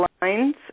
lines